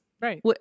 Right